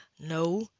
no